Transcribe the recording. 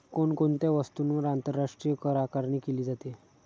कोण कोणत्या वस्तूंवर आंतरराष्ट्रीय करआकारणी केली जाते?